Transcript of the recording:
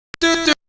do